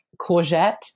courgette